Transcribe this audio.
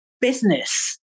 business